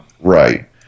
Right